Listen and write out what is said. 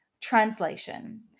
Translation